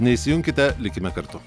neišsijunkite likime kartu